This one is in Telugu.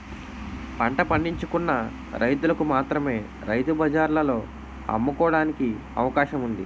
పంట పండించుకున్న రైతులకు మాత్రమే రైతు బజార్లలో అమ్ముకోవడానికి అవకాశం ఉంది